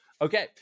Okay